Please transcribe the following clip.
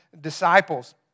disciples